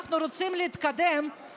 אנחנו רוצים להתקדם,